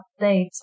updates